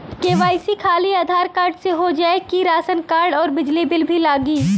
KYC खाली Aadhaar card से हो जाए कि राशन कार्ड अउर बिजली बिल भी लगी?